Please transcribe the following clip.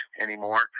anymore